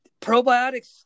probiotics